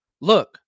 look